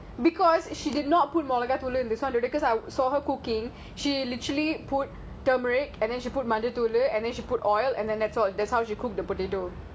because she did not put molaga தூளு:molaga thoolu this one because I saw her cooking she literally put turmeric and then she put manja thoolu and then she put oil and then that's all that's how she cook the potato